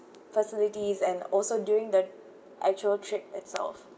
facilities and also during the actual trip itself